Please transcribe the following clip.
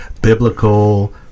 biblical